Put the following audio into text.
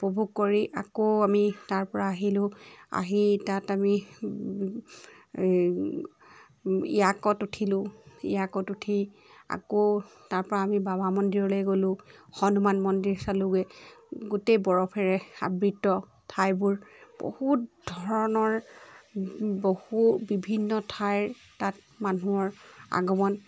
উপভোগ কৰি আকৌ আমি তাৰ পৰা আহিলোঁ আহি তাত আমি এই য়াকত উঠিলোঁ য়াকত উঠি আকৌ তাৰ পৰা আমি বাবা মন্দিৰলৈ গ'লোঁ হনুমান মন্দিৰ চালোঁগৈ গোটেই বৰফেৰে আবৃত ঠাইবোৰ বহুত ধৰণৰ বহু বিভিন্ন ঠাইৰ তাত মানুহৰ আগমন